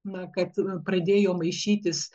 na kad pradėjo maišytis